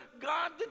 God